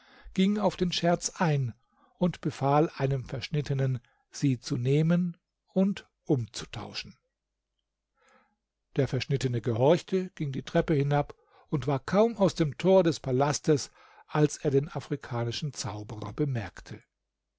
ging auf den scherz ein und befahl einem verschnittenem sie zu nehmen und umzutauschen der verschnittene gehorchte ging die treppe hinab und war kaum aus dem tor des palastes als er den afrikanischen zauberer bemerkte